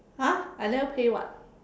!huh! I never pay [what]